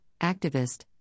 activist